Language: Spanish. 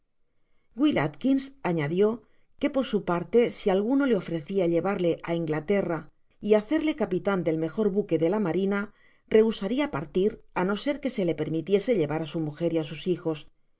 will atkins añadió que por su parte si alguno le ofrecía llevarle á inglaterra y hacerle capitan del mejor buque de la marina rehusaria partir á no ser que se le permitiese llevar á su mujer y á sus hijos